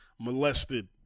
molested